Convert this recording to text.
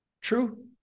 True